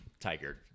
Tiger